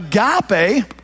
agape